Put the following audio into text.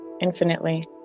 infinitely